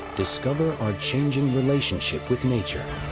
discover our changing relationship with nature.